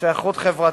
שייכות חברתית,